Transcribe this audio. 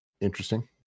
Interesting